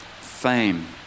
Fame